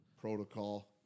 protocol